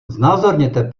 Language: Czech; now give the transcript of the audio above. znázorněte